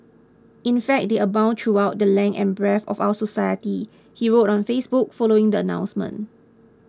in fact they abound throughout the length and breadth of our society he wrote on Facebook following the announcement